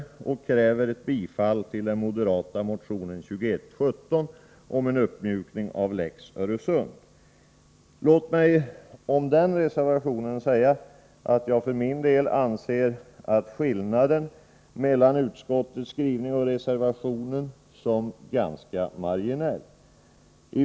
Reservanterna kräver bifall till den moderata motionen 2117 om en uppmjukning av lex Öresund. Låt mig om den reservationen säga att jag för min del anser att skillnaden mellan utskottets skrivning och reservationen är ganska marginell.